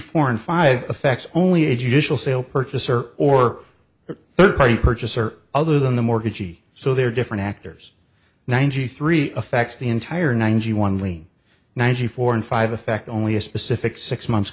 four and five affects only a judicial seal purchaser or a third party purchaser other than the mortgagee so there are different actors ninety three affects the entire ninety one lean ninety four and five affect only a specific six months